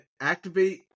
activate